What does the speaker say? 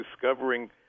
discovering